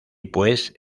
pues